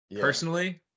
personally